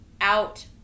out